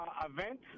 event